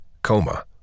coma